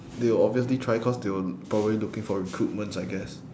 they were obviously trying cause they were probably looking for recruitments I guess